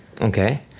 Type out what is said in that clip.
Okay